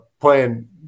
playing